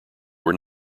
were